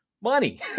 money